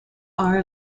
are